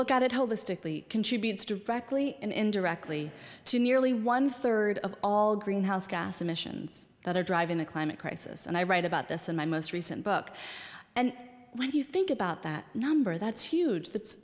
look at it holistically contributes directly and indirectly to nearly one third of all greenhouse gas emissions that are driving the climate crisis and i write about this in my most recent book and when you think about that number that's huge that